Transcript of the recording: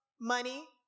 money